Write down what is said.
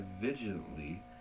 vigilantly